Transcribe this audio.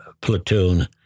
platoon